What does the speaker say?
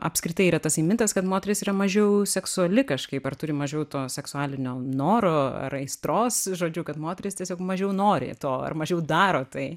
apskritai yra tasai mitas kad moteris yra mažiau seksuali kažkaip ar turi mažiau to seksualinio noro ar aistros žodžiu kad moterys tiesiog mažiau nori to ar mažiau daro tai